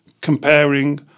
comparing